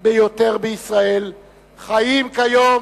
ביותר בישראל חיים כיום